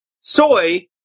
Soy